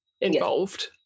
involved